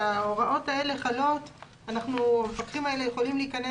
שההוראות האלה חלות והמפקחים האלה יכולים להיכנס.